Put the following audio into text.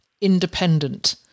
independent